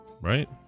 Right